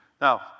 Now